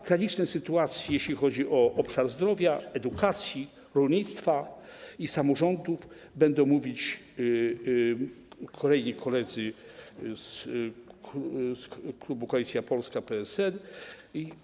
O tragicznej sytuacji, jeśli chodzi o obszar zdrowia, edukacji, rolnictwa i samorządów, będą mówić kolejni koledzy z klubu Koalicja Polska - PSL.